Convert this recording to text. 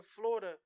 Florida